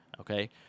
okay